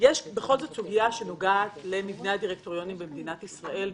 יש בכל זאת סוגיה שנוגעת למבנה הדירקטוריונים במדינת ישראל.